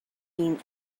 mean